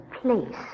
place